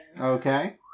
Okay